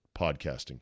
podcasting